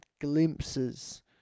glimpses